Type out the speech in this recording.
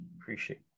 appreciate